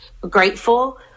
grateful